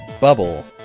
Bubble